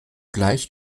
gleich